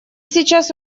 сейчас